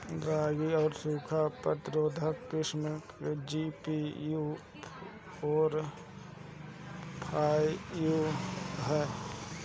रागी क सूखा प्रतिरोधी किस्म जी.पी.यू फोर फाइव ह?